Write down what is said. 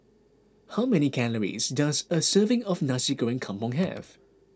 how many calories does a serving of Nasi Goreng Kampung have